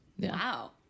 Wow